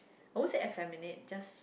always say effiminate just